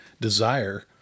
desire